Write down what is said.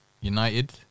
United